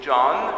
John